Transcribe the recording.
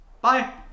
Bye